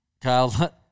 kyle